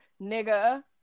nigga